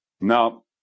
Now